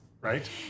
right